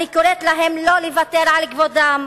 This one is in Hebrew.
אני קוראת להם לא לוותר על כבודם,